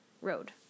road